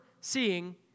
seeing